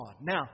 Now